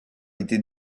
été